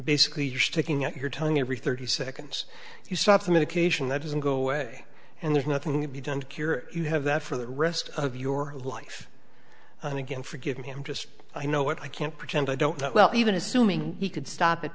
basically sticking out your tongue every thirty seconds you stop the medication that doesn't go away and there's nothing to be done to cure you have that for the rest of your life and again forgive me i'm just i know what i can't pretend i don't know well even assuming he could stop it